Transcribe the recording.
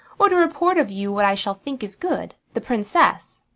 or to report of you what i shall think is good? the princess!